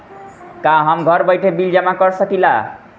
का हम घर बइठे बिल जमा कर शकिला?